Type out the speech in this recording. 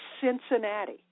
Cincinnati